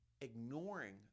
ignoring